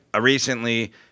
recently